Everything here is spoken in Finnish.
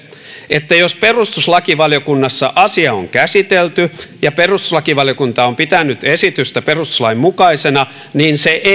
että jos perustuslakivaliokunnassa asia on käsitelty ja perustuslakivaliokunta on pitänyt esitystä perustuslain mukaisena niin se ei